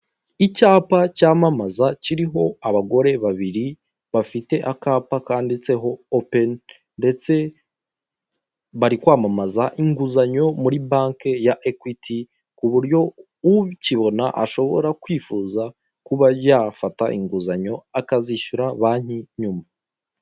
Icyapa cyamamaza kiriho abagore babiri bafite akapa kanditseho open ndetse bari kwamamaza inguzanyo muri banki ya Equit ku buryo ukibona ashobora kwifuza kuba yafata inguzanyo akazishyura banki nyuma.